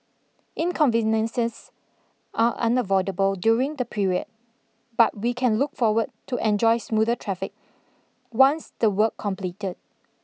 inconveniences are unavoidable during the period but we can look forward to enjoy smoother traffic once the work completed